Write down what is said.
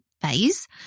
phase